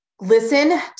Listen